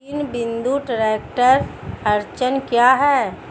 तीन बिंदु ट्रैक्टर अड़चन क्या है?